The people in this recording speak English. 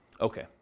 Okay